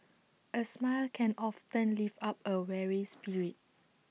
A smile can often lift up A weary spirit